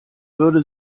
würde